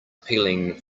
peeling